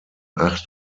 acht